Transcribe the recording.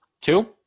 two